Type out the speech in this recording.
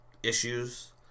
issues